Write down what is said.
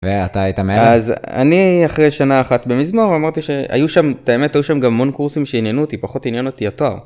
אז אני אחרי שנה אחת במזמור אמרתי שהיו שם את האמת היו שם גם מון קורסים שעניינו אותי פחות עניין אותי התואר.